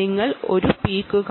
നിങ്ങൾ ഒരു പീക്കു കാണും